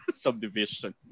subdivision